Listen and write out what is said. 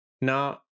Now